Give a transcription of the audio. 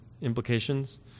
implications